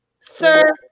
Sir